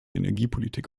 energiepolitik